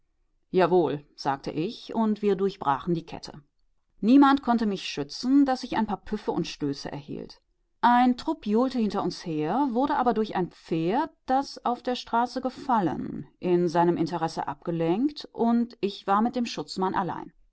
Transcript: sagte ich und wir durchbrachen die kette niemand konnte mich schützen daß ich ein paar püffe und stöße erhielt ein trupp johlte hinter uns her wurde aber durch ein pferd das auf der straße gefallen in seinem interesse abgelenkt und ich war mit dem schutzmann allein